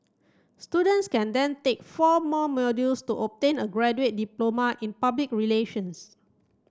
students can then take four more modules to obtain a graduate diploma in public relations